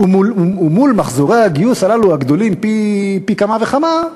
מול מחזורי הגיוס הללו, הגדולים פי כמה וכמה,